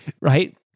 right